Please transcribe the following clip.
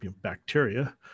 bacteria